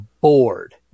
bored